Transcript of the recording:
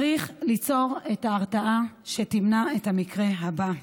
צריך ליצור את ההרתעה שתמנע את המקרה הבא.